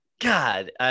God